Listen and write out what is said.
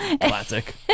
Classic